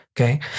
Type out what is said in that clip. okay